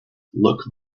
look